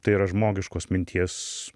tai yra žmogiškos minties